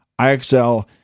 IXL